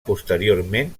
posteriorment